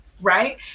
right